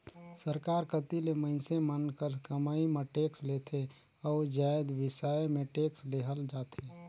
सरकार कती ले मइनसे मन कर कमई म टेक्स लेथे अउ जाएत बिसाए में टेक्स लेहल जाथे